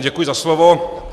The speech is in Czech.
Děkuji za slovo.